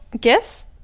gifts